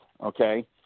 Okay